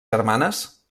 germanes